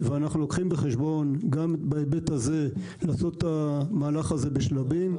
אנחנו לוקחים בחשבון גם בהיבט הזה לעשות את המהלך הזה בשלבים.